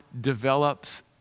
develops